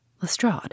Lestrade